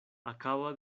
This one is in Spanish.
acaba